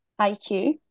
IQ